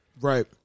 Right